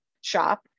shop